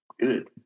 Good